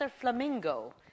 flamingo